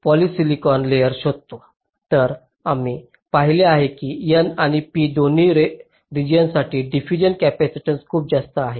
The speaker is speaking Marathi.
तर आम्ही पाहिले आहे की n आणि p दोन्ही रेजियॉन्ससाठी डिफ्यूजन कॅपेसिटन्स खूप जास्त आहेत